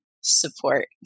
support